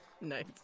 Nice